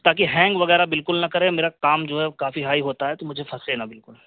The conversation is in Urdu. تاکہ ہینگ وغیرہ بالکل نہ کرے میرا کام جو ہے کافی ہائی ہوتا ہے تو مجھے پھنسے نہ بالکل